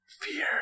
Fear